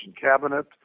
cabinet